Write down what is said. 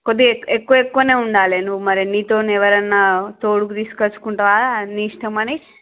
కొద్దిగా ఎక్కువ ఎక్కువనే ఉండాలి నువ్వు మరి నీతోని ఎవరన్నా తోడుకు తీసుకొచ్చుకుంటావా నీ ఇష్టం అని